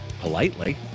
politely